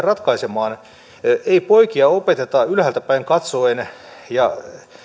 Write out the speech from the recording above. ratkaisemaan ei poikia opeteta ylhäältä päin katsoen ja